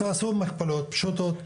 תעשו מכפלות פשוטות,